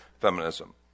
feminism